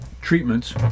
treatments